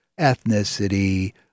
ethnicity